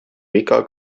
viga